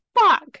fuck